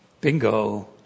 Bingo